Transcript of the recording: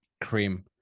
cream